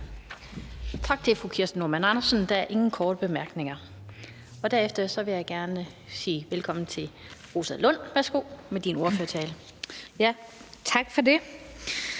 Tak til fru Kirsten Normann Andersen. Der er ingen korte bemærkninger. Derefter vil jeg gerne sige velkommen til Rosa Lund, der skal fremføre